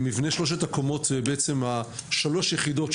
מבנה שלושת הקומות זה בעצם ה-3 יחידות,